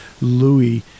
Louis